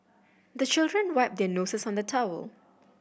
the children wipe their noses on the towel